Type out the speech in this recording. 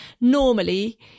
normally